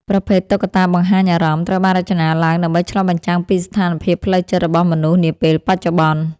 ប្រភេទ តុក្កតាបង្ហាញអារម្មណ៍ ត្រូវបានរចនាឡើងដើម្បីឆ្លុះបញ្ចាំងពីស្ថានភាពផ្លូវចិត្តរបស់មនុស្សនាពេលបច្ចុប្បន្ន។